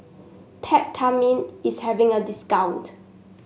Peptamen is having a discount